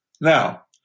Now